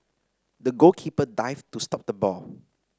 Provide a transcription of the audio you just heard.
the goalkeeper dived to stop the ball